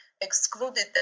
excluded